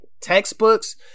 textbooks